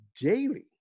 daily